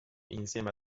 insieme